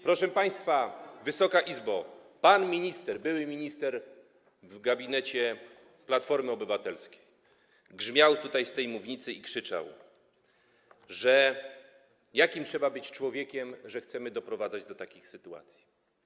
Proszę państwa, Wysoka Izbo, pan minister, były minister w gabinecie Platformy Obywatelskiej, grzmiał tutaj, z tej mównicy, krzyczał, że jakim trzeba być człowiekiem, żeby chcieć doprowadzać do takich sytuacji.